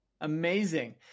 Amazing